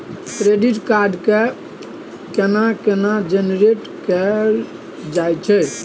Credit card के PIN केना generate कैल जाए छै?